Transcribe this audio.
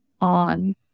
on